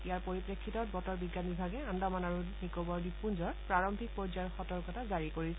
ইয়াৰ পৰিপ্ৰেক্ষিতত বতৰ বিজ্ঞান বিভাগে আন্দামান আৰু নিকোবৰ দ্বীপপুঞ্জৰ প্ৰাৰম্ভিক পৰ্যায়ৰ সতৰ্কতা জাৰি কৰিছে